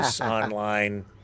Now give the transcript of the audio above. online